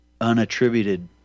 unattributed